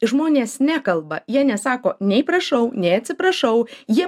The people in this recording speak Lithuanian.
žmonės nekalba jie nesako nei prašau nei atsiprašau jie